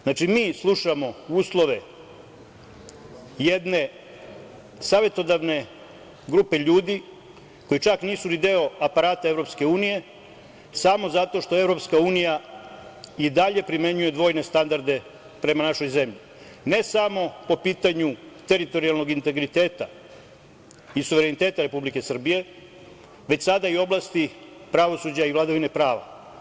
Znači, mi slušamo uslove jedne savetodavne grupe ljudi koji čak nisu ni deo aparata EU samo zato što EU i dalje primenjuje dvojne standarde prema našoj zemlji, ne samo po pitanju teritorijalnog integriteta i suvereniteta Republike Srbije, već sada i u oblasti pravosuđa i vladavine prava.